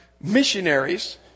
missionaries